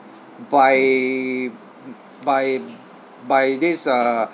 by by by this uh